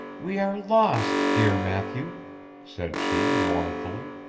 we are lost, dear matthew said she, mournfully.